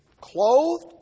clothed